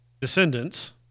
Descendants